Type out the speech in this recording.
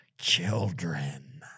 children